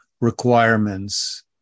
requirements